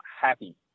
happy